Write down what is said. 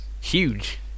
Huge